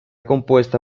compuesta